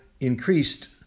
increased